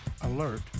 Alert